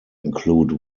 include